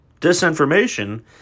disinformation